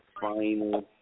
final